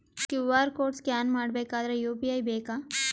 QR code scan ಮಾಡಬೇಕಾದರೆ UPI ಬೇಕಾ?